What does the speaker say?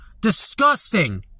disgusting